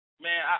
man